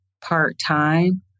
part-time